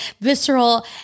visceral